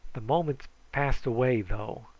the moments passed away, though,